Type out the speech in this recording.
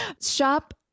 Shop